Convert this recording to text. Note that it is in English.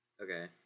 okay